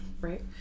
Right